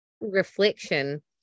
reflection